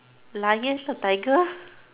luggage not tiger